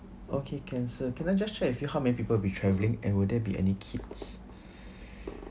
okay can sir can I just check with you how many people will be travelling and will there be any kids